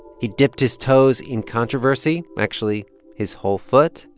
he dipped his toes in controversy, actually his whole foot,